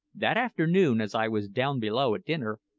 that afternoon, as i was down below at dinner,